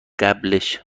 قبلش